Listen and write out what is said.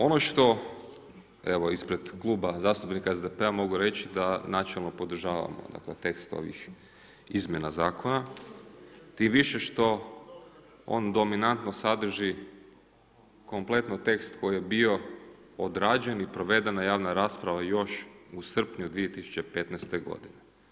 Ono što, evo ispred Kluba zastupnika SDP-a mogu reći da načelno podržavamo tekst ovih izmjena zakona, tim više što on dominantno sadrži kompletan tekst koji je bio odrađen i proveden na javnoj raspravi još u srpnju 2015. godine.